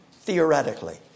theoretically